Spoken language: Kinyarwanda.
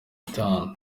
itanu